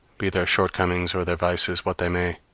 be their shortcomings or their vices what they may,